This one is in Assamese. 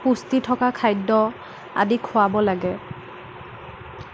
পুষ্টি থকা খাদ্য আদি খোৱাব লাগে